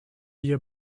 year